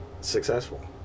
successful